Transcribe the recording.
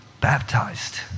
baptized